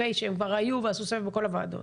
כשהם כבר היו ועשו סבב בכל הוועדות.